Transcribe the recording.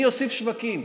אני אוסיף שווקים,